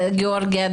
גיאורגיה,